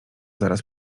zaraz